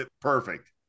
Perfect